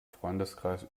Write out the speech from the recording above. freundeskreis